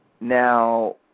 Now